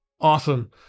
Awesome